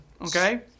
Okay